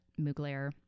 Mugler